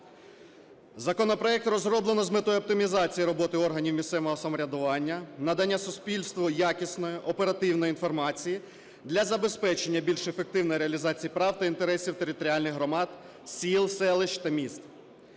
Законопроект розроблено з метою оптимізації роботи органів місцевого самоврядування, надання суспільству якісної, оперативної інформації для забезпечення більш ефективної реалізації прав та інтересів територіальних громад сіл, селищ та міст.